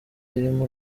birimo